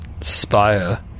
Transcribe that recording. Spire